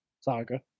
saga